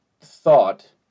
thought